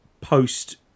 post